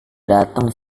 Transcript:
datang